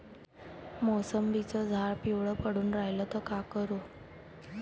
मोसंबीचं झाड पिवळं पडून रायलं त का करू?